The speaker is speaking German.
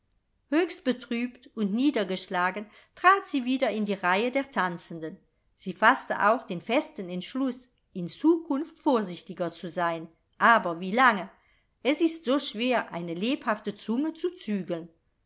höchst betrübt und niedergeschlagen trat sie wieder in die reihe der tanzenden sie faßte auch den festen entschluß in zukunft vorsichtiger zu sein aber wie lange es ist so schwer eine lebhafte zunge zu zügeln